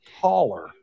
taller